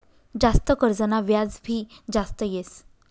जास्त कर्जना व्याज भी जास्त येस